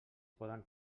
poden